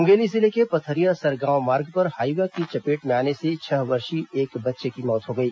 मुंगेली जिले के पथरिया सरगांव मार्ग पर हाईवा की चपेट में आने से छह वर्षीय एक बच्चे की मौत हो गई